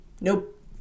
nope